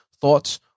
thoughts